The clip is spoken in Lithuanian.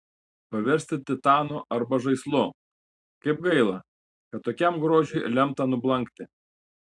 paversti titanu arba žaislu kaip gaila kad tokiam grožiui lemta nublankti